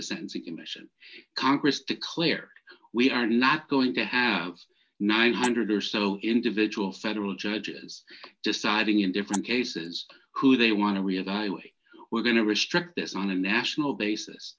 the sentencing commission congress declare we are not going to have nine hundred or so individual federal judges deciding in different cases who they want to revise we're going to restrict this on a national basis